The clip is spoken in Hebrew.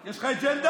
יש לך אג'נדה?